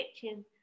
kitchen